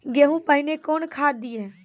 गेहूँ पहने कौन खाद दिए?